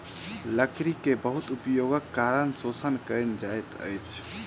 लकड़ी के बहुत उपयोगक कारणें शोषण कयल जाइत अछि